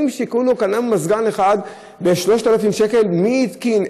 שבסך הכול קנו מזגן אחד ב-3,000 שקל: מי התקין?